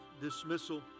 dismissal